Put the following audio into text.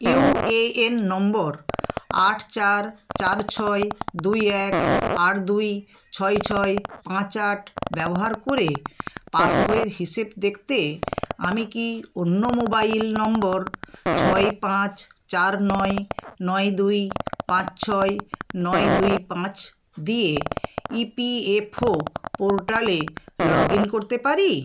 UAN number আট চার চার ছয় দুই এক আট দুই ছয় ছয় পাঁচ আট ব্যবহার করে পাস বইয়ের হিসেব দেখতে আমি কি অন্য মোবাইল নম্বর ছয় পাঁচ চার নয় নয় দুই পাঁচ ছয় নয় দুই পাঁচ দিয়ে ইপিএফও পোর্টালে লগ ইন করতে পারি